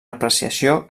apreciació